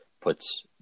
puts